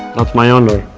that's my honour!